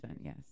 Yes